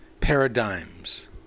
paradigms